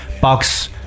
box